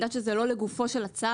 אני יודעת שזה לא לגופו של הצו,